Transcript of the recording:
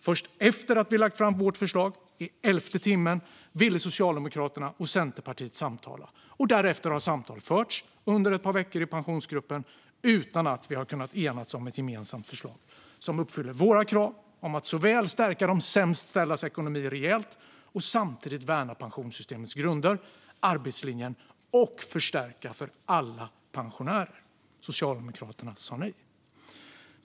Först efter att vi lagt fram vårt förslag ville Socialdemokraterna och Centerpartiet i elfte timmen samtala. Därefter har samtal förts under ett par veckor i Pensionsgruppen utan att vi har kunnat enas om ett gemensamt förslag som uppfyller våra krav om att stärka de sämst ställdas ekonomi rejält och samtidigt värna pensionssystemets grunder och arbetslinjen och förstärka för alla pensionärer. Socialdemokraterna sa nej.